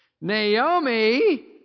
Naomi